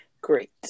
great